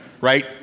right